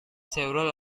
several